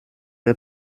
est